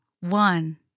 One